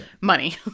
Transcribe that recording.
money